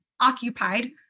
occupied